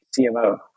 CMO